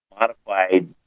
modified